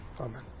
Amen